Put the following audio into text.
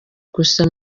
gusa